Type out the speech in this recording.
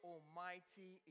Almighty